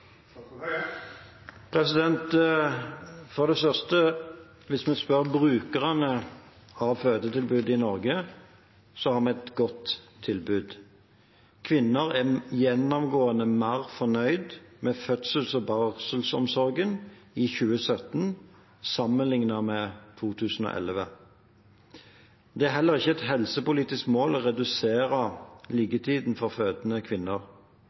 For det første, hvis vi spør brukerne av fødetilbudet i Norge, har vi et godt tilbud. Kvinner er gjennomgående mer fornøyd med fødsels- og barselomsorgen i 2017 sammenlignet med 2011. Det er heller ikke et helsepolitisk mål å redusere liggetiden for fødende kvinner.